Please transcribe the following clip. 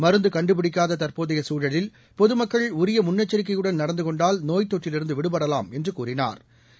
மருந்துகண்டுபிடிக்காததற்போதையசூழலில் பொதுமக்கள் உரியமுன்னெச்சரிக்கையுடன் நடந்துகொண்டால் நோய்த்தொற்றிலிருந்துவிடுபடலாம் என்றுகூறினாா்